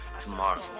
Tomorrow